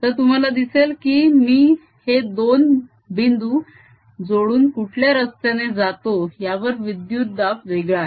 तर तुम्हाला दिसेल की मी हे दोन बिंदू जोडून कुठल्या रस्त्याने जातो यावर विद्युत दाब वेगळा आहे